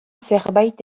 zerbait